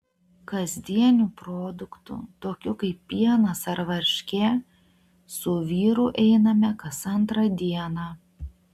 kasdienių produktų tokių kaip pienas ar varškė su vyru einame kas antrą dieną